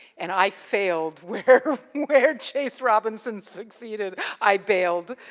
and, i failed where where chase robinson succeeded, i bailed.